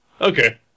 okay